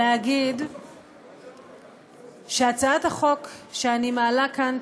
ולהגיד שהצעת החוק שאני מעלה כאן,